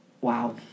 wow